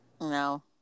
No